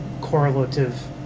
correlative